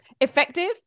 effective